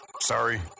Sorry